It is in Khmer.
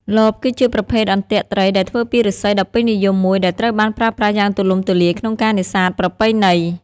លប គឺជាប្រភេទអន្ទាក់ត្រីដែលធ្វើពីឫស្សីដ៏ពេញនិយមមួយដែលត្រូវបានប្រើប្រាស់យ៉ាងទូលំទូលាយក្នុងការនេសាទប្រពៃណី។